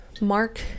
Mark